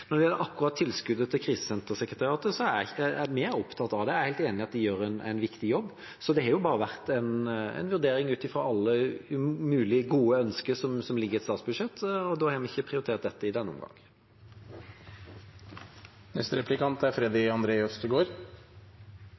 Når det gjelder akkurat tilskuddet til Krisesentersekretariatet: Vi er opptatt av det, og jeg er helt enig i at de gjør en viktig jobb. Så det har bare vært en vurdering ut fra alle mulige gode ønsker som ligger i et statsbudsjett, og da har vi ikke prioritert dette i denne omgang. En del av problemstillingen SV reiste med dette representantforslaget, er